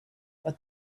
but